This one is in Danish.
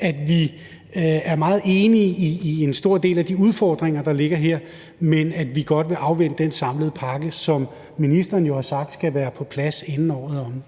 at vi er meget enige i en stor del af de udfordringer, der ligger her; men vi vil godt afvente den samlede pakke, som ministeren jo har sagt skal være plads, inden året er omme.